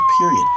period